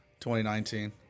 2019